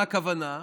למה הכוונה?